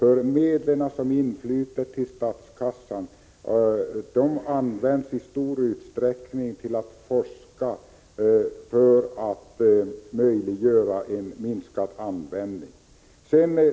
De medel som inflyter till statskassan går ju i stor utsträckning till forskning för att möjliggöra en minskad användning.